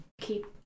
keep